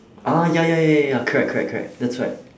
ah ya ya ya ya ya correct correct correct that's right